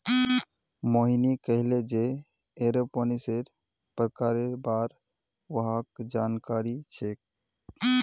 मोहिनी कहले जे एरोपोनिक्सेर प्रकारेर बार वहाक जानकारी छेक